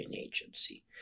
agency